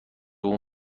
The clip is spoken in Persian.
اون